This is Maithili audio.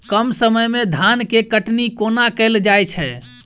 कम समय मे धान केँ कटनी कोना कैल जाय छै?